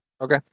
Okay